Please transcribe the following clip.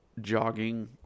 Jogging